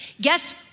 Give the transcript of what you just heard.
Guess